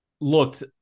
looked